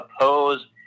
oppose